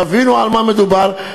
תבינו על מה מדובר,